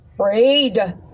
afraid